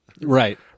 Right